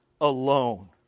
alone